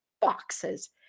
boxes